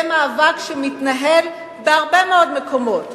זה מאבק שמתנהל בהרבה מאוד מקומות.